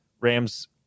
Rams